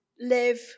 live